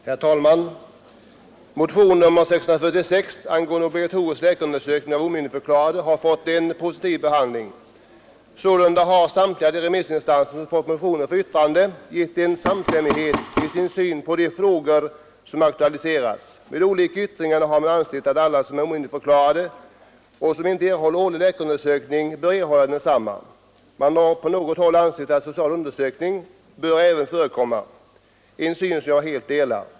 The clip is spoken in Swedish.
Herr talman! Motionen 646 angående obligatorisk läkarundersökning av omyndigförklarade har fått en positiv behandling. Sålunda har samtliga de remissinstanser som fått motionen för yttrande gett en samstämmig syn på de frågor som har aktualiserats. I de olika remissyttrandena har man ansett att alla som är omyndigförklarade och som nu inte årligen undergår läkarundersökning bör få tillfälle att göra det. Man har på något håll ansett att social undersökning även bör förekomma. En syn som jag helt delar.